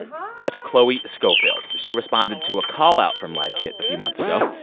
and that's chloe schofield she responded to a callout from life kit a few months ago.